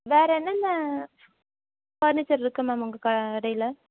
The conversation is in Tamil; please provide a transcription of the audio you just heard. வேறென்னென்ன ஃபர்னிச்சரிருக்கு மேம் உங்கள் கடையில்